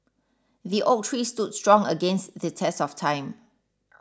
the oak tree stood strong against the test of time